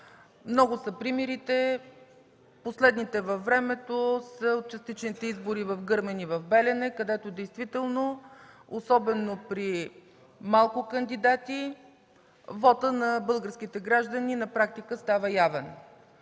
Много са примерите. Последните във времето са от частичните избори в Гърмен и в Белене, където действително, особено при малко кандидати, вотът на българските граждани на практика става явен.